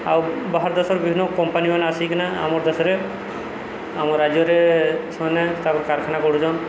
ଆଉ ବାହାର ଦେଶର ବିଭିନ୍ନ କମ୍ପାନୀମାନେ ଆସିକି ଆମର ଦେଶରେ ଆମ ରାଜ୍ୟରେ ସେମାନେ ତାକୁ କାରଖାନା କରୁଛନ୍ତି